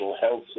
Health